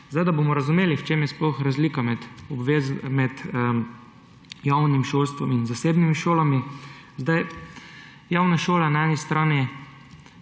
šole. Da bomo razumeli, v čem je sploh razlika med javnim šolstvom in zasebnimi šolami. Javne šole na eni strani